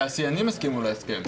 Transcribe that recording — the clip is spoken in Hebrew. התעשיינים הסכימו להסכם.